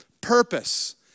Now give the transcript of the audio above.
Purpose